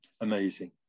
Amazing